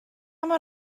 mor